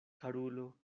karulo